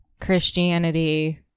Christianity